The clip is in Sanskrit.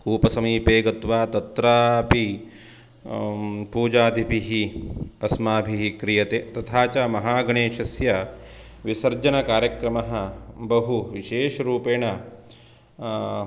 कूपसमीपे गत्वा तत्रापि पूजादिभिः अस्माभिः क्रियते तथा च महागणेशस्य विसर्जनकार्यक्रमः बहु विशेषरूपेण